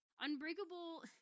Unbreakable